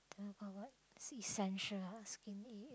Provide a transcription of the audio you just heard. then got what essential ah skin